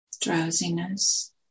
drowsiness